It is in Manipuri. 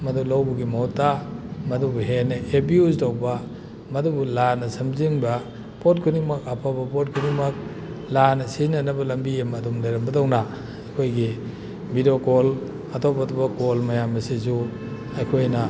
ꯃꯗꯨ ꯂꯧꯕꯒꯤ ꯃꯍꯨꯠꯇ ꯃꯗꯨꯕꯨ ꯍꯦꯟꯅ ꯑꯦꯕ꯭ꯌꯨꯁ ꯇꯧꯕ ꯃꯗꯨꯕꯨ ꯂꯥꯟꯅ ꯁꯦꯝꯖꯤꯟꯕ ꯄꯣꯠ ꯈꯨꯗꯤꯡꯃꯛ ꯑꯐꯕ ꯄꯣꯠ ꯈꯨꯗꯤꯡꯃꯛ ꯂꯥꯟꯅ ꯁꯤꯖꯤꯟꯅꯅꯕ ꯂꯝꯕꯤ ꯑꯃ ꯑꯗꯨꯝ ꯂꯩꯔꯝꯕꯗꯧꯅ ꯑꯩꯈꯣꯏꯒꯤ ꯕꯤꯗꯤꯑꯣ ꯀꯣꯜ ꯑꯇꯣꯞ ꯑꯇꯣꯞꯄ ꯀꯣꯜ ꯃꯌꯥꯝ ꯑꯁꯤꯁꯨ ꯑꯩꯈꯣꯏꯅ